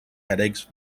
headache